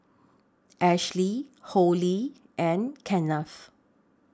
Ashley Hollie and Kenneth